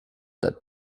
that